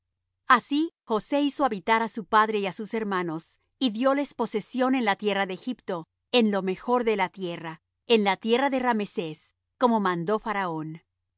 así josé hizo habitar á su padre y á sus hermanos y dióles posesión en la tierra de egipto en lo mejor de la tierra en la tierra de rameses como mandó faraón y